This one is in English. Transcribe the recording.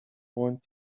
point